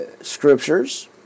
scriptures